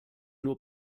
nur